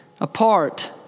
apart